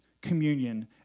communion